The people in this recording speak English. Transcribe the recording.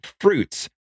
fruits